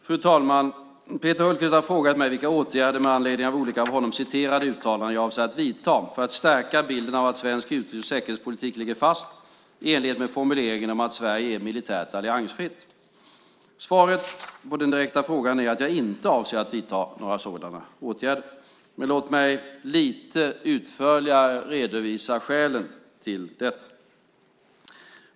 Fru talman! Peter Hultqvist har frågat mig vilka åtgärder med anledning av olika av honom citerade uttalanden jag avser att vidta för att stärka bilden av att svensk utrikes och säkerhetspolitik ligger fast i enlighet med formuleringen om att Sverige är militärt alliansfritt. Svaret på den direkta frågan är att jag inte avser att vidta några sådana åtgärder. Men låt mig lite utförligare redovisa skälen till detta.